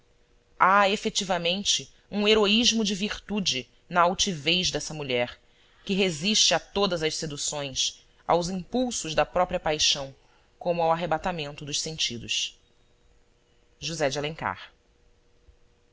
há efetivamente um heroísmo de virtude na altivez dessa mulher que resiste a todas as seduções aos impulsos da própria paixão como ao arrebatamento dos sentidos j de